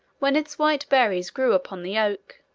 when its white berries grew upon the oak.